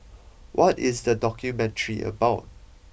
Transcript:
what is the documentary about